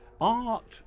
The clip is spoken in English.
Art